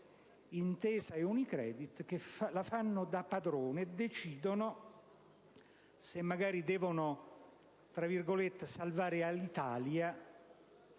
Intesa e Unicredit, che la fanno da padrone e decidono se, magari, devono salvare Alitalia